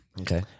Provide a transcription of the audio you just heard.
Okay